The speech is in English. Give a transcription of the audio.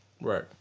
Right